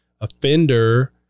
offender